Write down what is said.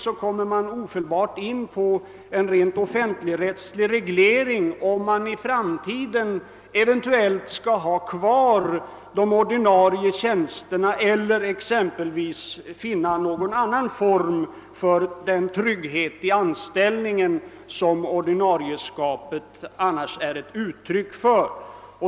Därvid kommer den omedelbart in på den rent offentligrättsliga regleringen av frågan om man i framtiden eventuellt skall ha kvar de ordinarie tjänsterna eller exempelvis försöka finna någon annan form för den trygghet i anställningen som ordinarieskapet är ett uttryck för.